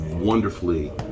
wonderfully